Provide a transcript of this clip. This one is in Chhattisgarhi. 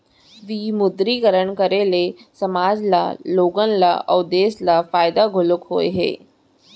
विमुद्रीकरन करे ले समाज ल लोगन ल अउ देस ल फायदा घलौ होय हे